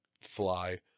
fly